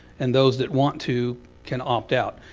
and those that want to can opt out.